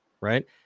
right